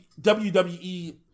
WWE